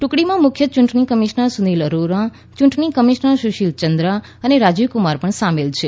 ટુકડીમાં મુખ્ય યૂંટણી કમિશનર સુનિલ અરોરા યૂંટણી કમિશનર સુશિલ ચંદ્રા અને રાજીવકુમાર પણ સામેલ છે